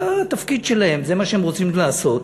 זה התפקיד שלהם, זה מה שהם רוצים לעשות,